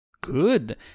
Good